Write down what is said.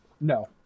No